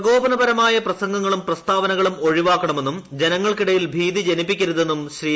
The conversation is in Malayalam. പ്രകോപനപരമായ പ്രസംഗങ്ങളും പ്രസ്താവനകളും ഒഴിവാക്കണമെന്നും ജനങ്ങൾക്കിടയിൽ ഭീതി ജനിപ്പിക്കരുതെന്നും ശ്രീ